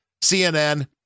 CNN